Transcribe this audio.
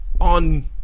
on